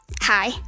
Hi